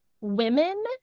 women